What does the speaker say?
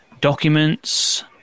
documents